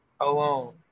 alone